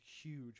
huge